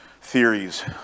theories